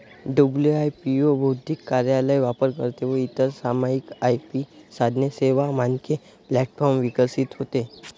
WIPO बौद्धिक कार्यालय, वापरकर्ते व इतर सामायिक आय.पी साधने, सेवा, मानके प्लॅटफॉर्म विकसित होते